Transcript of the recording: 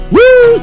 Woo